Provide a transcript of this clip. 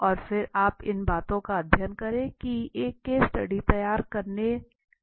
और फिर आप इन बातों का ध्यान रख के एक केस स्टडी तैयार करते हैं